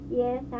yes